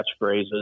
catchphrases